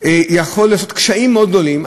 זה יעשה קשיים מאוד גדולים,